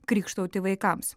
krykštauti vaikams